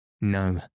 No